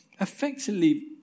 effectively